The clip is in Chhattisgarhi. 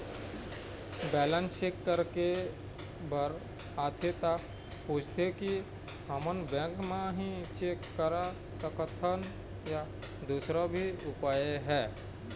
बैलेंस चेक करे बर आथे ता पूछथें की हमन बैंक मा ही चेक करा सकथन या दुसर भी उपाय हे?